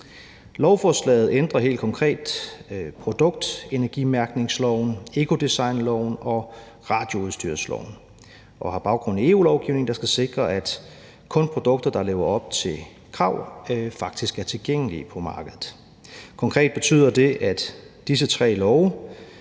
Lovforslaget ændrer helt konkret produktenergimærkningsordningsloven, ecodesignloven og radioudstyrsloven og har baggrund i EU-lovgivning, der skal sikre, at kun produkter, der lever op til krav, faktisk er tilgængelige på markedet. Konkret betyder det for disse tre love,